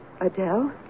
Adele